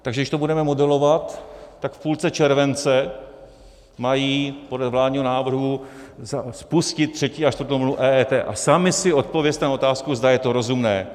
Takže když to budeme modelovat, tak v půlce července mají podle vládního návrhu spustit třetí a čtvrtou vlnu EET, a sami si odpovězte na otázku, zda je to rozumné.